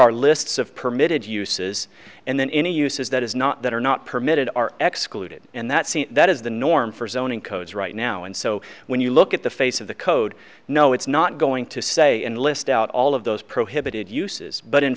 are lists of permitted uses and then any uses that is not that are not permitted are executed and that seen that is the norm for zoning codes right now and so when you look at the face of the code no it's not going to say and list out all of those prohibited uses but in